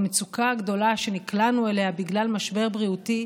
במצוקה הגדולה שנקלענו אליה בגלל משבר בריאותי,